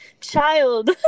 child